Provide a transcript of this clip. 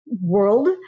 world